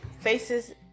faces